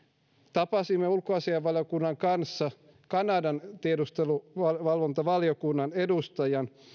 tapasimme ulkoasiainvaliokunnan kanssa kanadan tiedusteluvalvontavaliokunnan edustajan